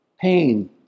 pain